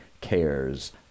cares